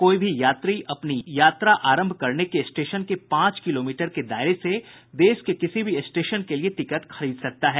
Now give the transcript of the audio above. कोई भी यात्री अपनी यात्रा आरंभ करने के स्टेशन के पांच किलोमीटर के दायरे से देश के किसी भी स्टेशन के लिए टिकट खरीद सकता है